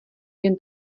jen